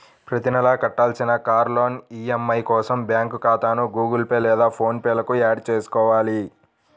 ప్రతి నెలా కట్టాల్సిన కార్ లోన్ ఈ.ఎం.ఐ కోసం బ్యాంకు ఖాతాను గుగుల్ పే లేదా ఫోన్ పే కు యాడ్ చేసుకోవాలి